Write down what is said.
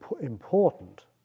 important